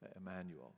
Emmanuel